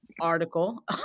article